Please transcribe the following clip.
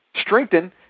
strengthen